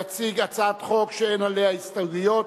הצעת חוק שאין עליה הסתייגויות,